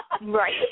Right